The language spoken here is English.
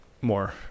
more